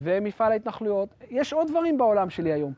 ומפעל ההתנחלויות. יש עוד דברים בעולם שלי היום.